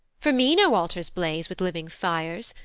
for me no altars blaze with living fires,